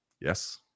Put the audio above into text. Yes